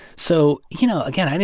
so, you know, again,